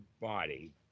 body